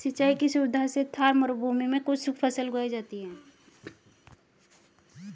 सिंचाई की सुविधा से थार मरूभूमि में भी कुछ फसल उगाई जाती हैं